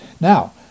Now